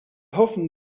hoffen